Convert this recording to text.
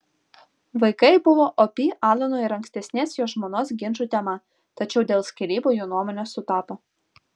vaikai buvo opi alano ir ankstesnės jo žmonos ginčų tema tačiau dėl skyrybų jų nuomonės sutapo